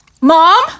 mom